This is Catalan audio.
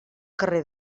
carrer